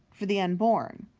for the unborn.